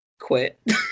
quit